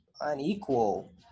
unequal